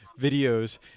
videos